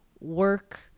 work